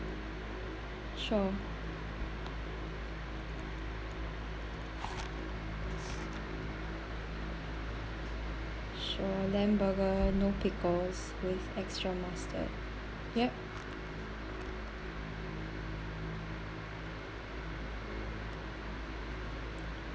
sure sure lamb burger no pickles with extra mustard yup